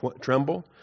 tremble